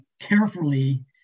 carefully